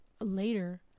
Later